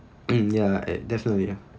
mm ya it definitely